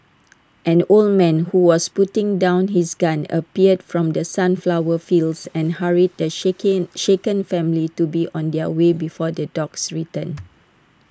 an old man who was putting down his gun appeared from the sunflower fields and hurried the shaken shaken family to be on their way before the dogs return